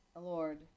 Lord